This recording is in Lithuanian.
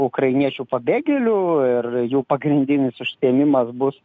ukrainiečių pabėgėlių ir jų pagrindinis užsiėmimas bus